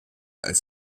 als